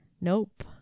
nope